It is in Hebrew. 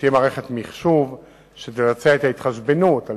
תהיה מערכת מחשוב שתבצע את ההתחשבנות על